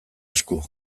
esku